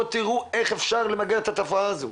בואו תראו איך אפשר למגר את התופעה הזו.